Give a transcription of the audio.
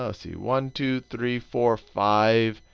ah see. one, two, three, four, five,